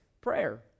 prayer